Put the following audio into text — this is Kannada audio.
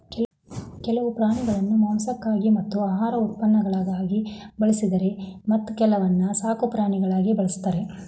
ಕೆಲವು ಪ್ರಾಣಿಗಳನ್ನು ಮಾಂಸಕ್ಕಾಗಿ ಮತ್ತು ಆಹಾರ ಉತ್ಪನ್ನಗಳಿಗಾಗಿ ಬಳಸಿದರೆ ಮತ್ತೆ ಕೆಲವನ್ನು ಸಾಕುಪ್ರಾಣಿಗಳಾಗಿ ಬಳ್ಸತ್ತರೆ